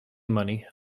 money